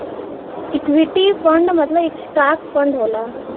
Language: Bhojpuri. इक्विटी फंड मतलब स्टॉक फंड होला